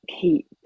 keep